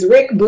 Rick